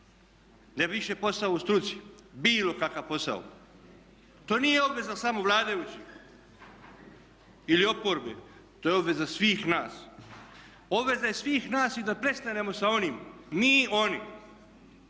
ne više posao u struci, bilo kakav posao. To nije obveza samo vladajući ili oporbe, to je obveza svih nas. Obveza je svih nas i da prestanemo s onim mi/oni,